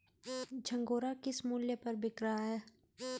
झंगोरा किस मूल्य पर बिक रहा है?